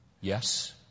yes